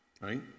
right